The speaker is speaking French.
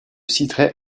citerai